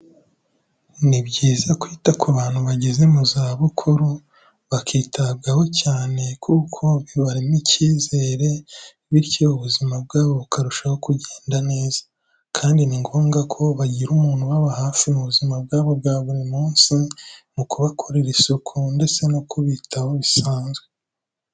Ni byiza kwita ku bantu bageze mu zabukuru, bakitabwaho cyane kuko bibarema icyizere, bityo ubuzima bwabo bukarushaho kugenda neza. Kandi ni ngombwa ko bagira umuntu ubaba hafi mu buzima bwabo bwa buri munsi mu kubakorera isuku ndetse no kubitaho bisanzwe.